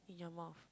in your mouth